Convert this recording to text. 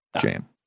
jam